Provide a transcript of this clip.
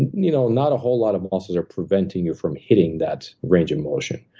and you know not a whole lot of muscles are preventing you from hitting that range of motion.